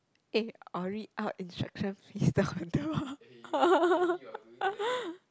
eh or read out instructions listed on table